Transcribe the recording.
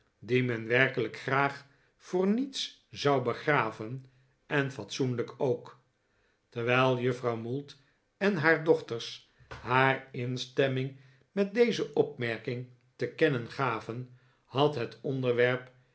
men werkelijk graag voor niets zou begraven en fatsoenlijk ook terwijl juffrouw mould en haar dochters haar instemming met deze opmerking te kennen gaven had het onderwerp